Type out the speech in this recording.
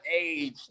age